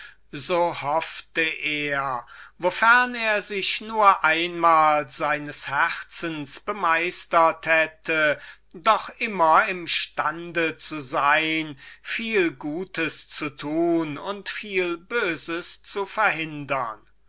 so hoffte er wofern er sich nur einmal seines herzens bemeistert haben würde doch immer im stande zu sein viel gutes zu tun und viel böses zu verhindern